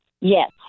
yes